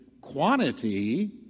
quantity